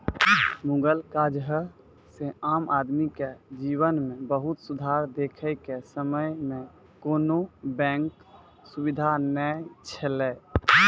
मुगल काजह से आम आदमी के जिवन मे बहुत सुधार देखे के समय मे कोनो बेंक सुबिधा नै छैले